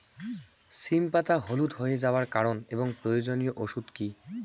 সিম পাতা হলুদ হয়ে যাওয়ার কারণ এবং প্রয়োজনীয় ওষুধ কি?